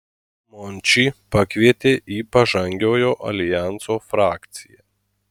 mončį pakvietė į pažangiojo aljanso frakciją